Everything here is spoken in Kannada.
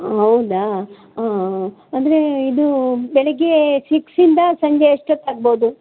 ಹೌದಾ ಹಾಂ ಅಂದರೆ ಇದು ಇದು ಬೆಳಗ್ಗೆ ಸಿಕ್ಸ್ ಇಂದ ಸಂಜೆ ಎಷ್ಟೊತ್ತು ಆಗ್ಬೋದು